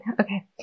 Okay